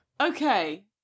Okay